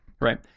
right